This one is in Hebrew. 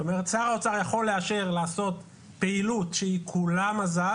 זאת אומרת שר האוצר יכול לאשר לעשות פעילות שהיא כולה מזל